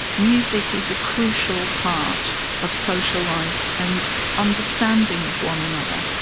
music is a crucial part of social life and understanding of one another.